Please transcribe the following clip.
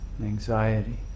anxiety